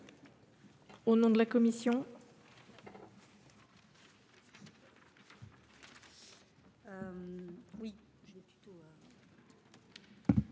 au nom de la commission